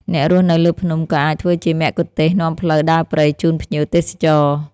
អ្នករស់នៅលើភ្នំ ក៏អាចធ្វើជាមគ្គុទ្ទេសក៍នាំផ្លូវដើរព្រៃជូនភ្ញៀវទេសចរ។